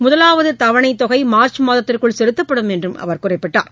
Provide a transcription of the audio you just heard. முதலாவது தவணைத்தொகை மார்ச் மாதத்திற்குள் செலுத்தப்படும் என்றும் அவர் குறிப்பிட்டார்